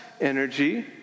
energy